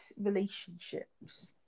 relationships